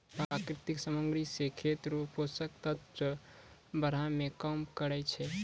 प्राकृतिक समाग्री से खेत रो पोसक तत्व बड़ाय मे काम करै छै